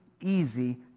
easy